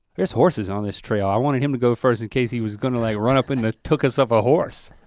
there's horses on this trail, i wanted him to go first in case he was gonna like run up in the tuchus of a horse.